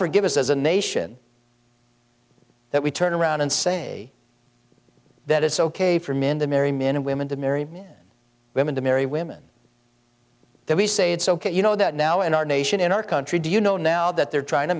forgive us as a nation that we turn around and say that it's ok for men to marry men and women to marry women to marry women that we say it's ok you know that now in our nation in our country do you know now that they're trying to